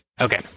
Okay